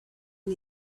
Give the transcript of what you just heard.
and